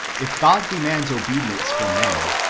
if god demands obedience from man,